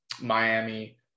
Miami